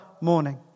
morning